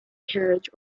carriage